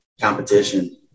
competition